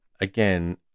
again